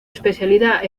especialidad